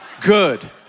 good